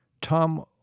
Tom